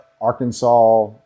Arkansas